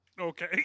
Okay